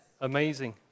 Amazing